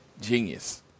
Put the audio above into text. Genius